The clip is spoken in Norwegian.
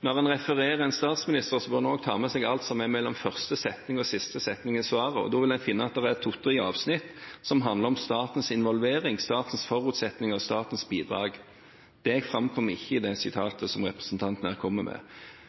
Når en refererer en statsminister, bør en også ta med seg alt som er mellom første og siste setning i svaret, og da vil man finne at det er to–tre avsnitt som handler om statens involvering, statens forutsetninger og statens bidrag. Det framkom ikke i det sitatet som representanten her kom med.